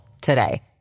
today